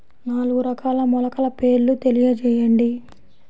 నాలుగు రకాల మొలకల పేర్లు తెలియజేయండి?